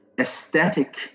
aesthetic